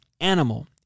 animal